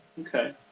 Okay